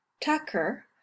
Tucker